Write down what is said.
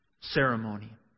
ceremony